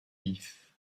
vif